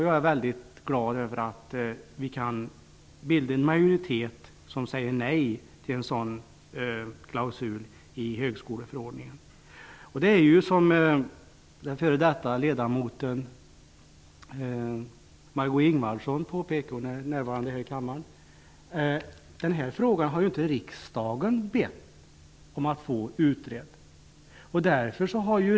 Jag är mycket glad över att vi kan få en majoritet som säger nej till en sådan klausul i högskoleförordningen. Precis som den f.d. ledamoten Margó Ingvardsson påpekade, som är närvarande i kammaren nu, har ju inte riksdagen bett att få denna fråga utredd.